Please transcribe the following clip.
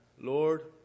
Lord